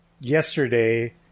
yesterday